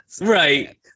Right